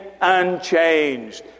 unchanged